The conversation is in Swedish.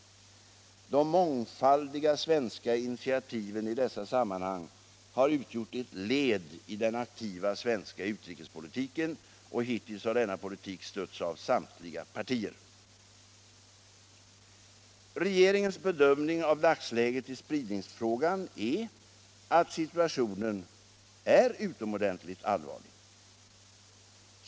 De mångfaldiga svenska initiativen i dessa sammanhang har utgjort ett led i den aktiva svenska utrikespolitiken. Hittills har denna politik stötts av samtliga partier. Regeringens bedömning av dagsläget i spridningsfrågan är att situationen är utomordentligt allvarlig.